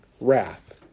wrath